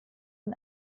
von